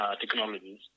technologies